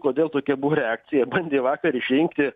kodėl tokia buvo reakcija bandė vakar išrinkti